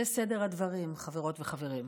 חברות וחברים.